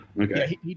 Okay